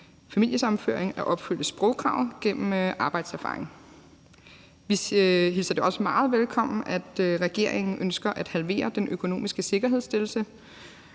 familiesammenføring, at opfylde sprogkravet gennem arbejdserfaring. Vi hilser det også meget velkommen, at regeringen ønsker at halvere den økonomiske sikkerhedsstillelse,